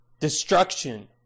destruction